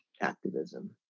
activism